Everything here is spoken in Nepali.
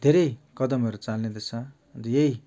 धेरै कदमहरू चालिँदैछ अन्त यही